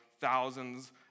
thousands